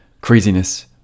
craziness